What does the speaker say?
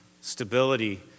stability